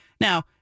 Now